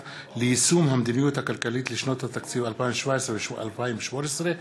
להשגת יעדי התקציב לשנות התקציב 2017 ו-2018),